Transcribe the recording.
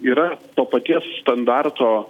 yra to paties standarto